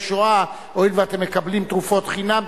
שואה: הואיל ואתם מקבלים תרופות חינם,